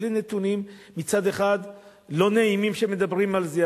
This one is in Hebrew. אלה נתונים מצד אחד לא נעימים כשמדברים על זה,